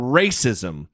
racism